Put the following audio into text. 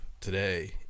today